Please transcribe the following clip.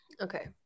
Okay